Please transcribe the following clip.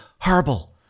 horrible